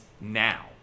now